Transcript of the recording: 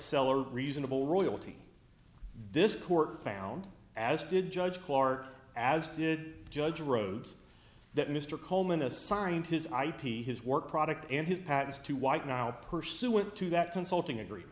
seller reasonable royalty this court found as did judge clark as did judge rhodes that mr coleman assigned his ip his work product and his patents to white now pursuant to that consulting agree